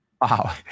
Wow